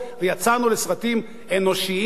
ויצאנו לסרטים אנושיים,